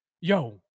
yo